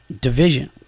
division